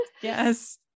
Yes